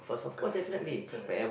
correct correct correct